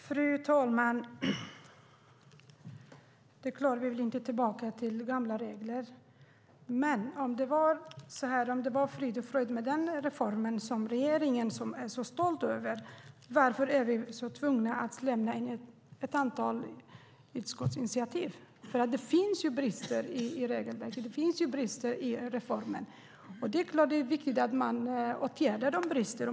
Fru talman! Det är klart att vi inte vill tillbaka till gamla regler. Men om det är frid och fröjd med den reform som regeringen är så stolt över, varför är vi då tvungna att lämna ett antal utskottsinitiativ? Det finns brister i regelverket och i reformen, och det är viktigt att man åtgärdar dem.